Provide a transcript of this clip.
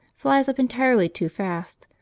flies up entirely too fast,